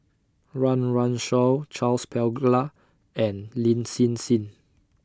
Run Run Shaw Charles Paglar and Lin Hsin Hsin